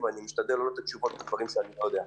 שי,